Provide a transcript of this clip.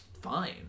fine